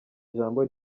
ijambo